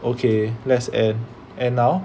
okay let's end end now